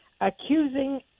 accusing